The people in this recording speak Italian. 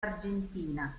argentina